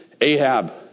Ahab